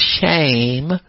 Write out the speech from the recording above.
shame